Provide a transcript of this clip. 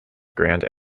grand